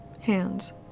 Hands